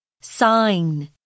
Sign